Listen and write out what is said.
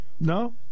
no